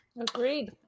Agreed